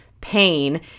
pain